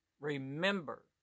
Remember